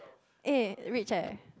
eh rich eh